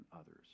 others